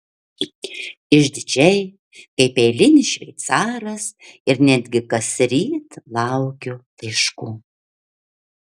išdidžiai kaip eilinis šveicaras ir netgi kasryt laukiu laiškų